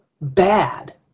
bad